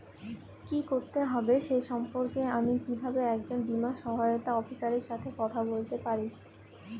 কী করতে হবে সে সম্পর্কে আমি কীভাবে একজন বীমা সহায়তা অফিসারের সাথে কথা বলতে পারি?